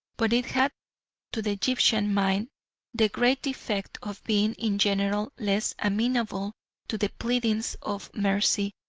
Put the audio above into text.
but it had to the egyptian mind the great defect of being in general less amenable to the pleadings of mercy,